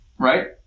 Right